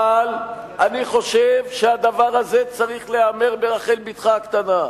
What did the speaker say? אבל אני חושב שהדבר הזה צריך להיאמר ברחל בתך הקטנה.